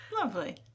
Lovely